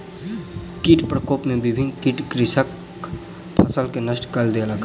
कीट प्रकोप में विभिन्न कीट कृषकक फसिल के नष्ट कय देलक